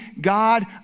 God